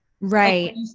Right